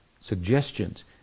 suggestions